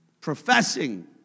Professing